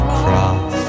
cross